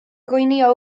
dhaoine